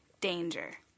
danger